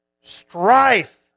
strife